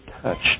touched